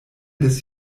des